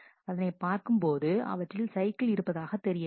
அதனைப் பார்க்கும் போது அவற்றில் சைக்கிள் இருப்பதாக தெரியவில்லை